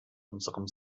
unserem